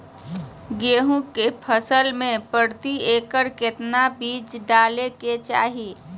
गेहूं के फसल में प्रति एकड़ कितना बीज डाले के चाहि?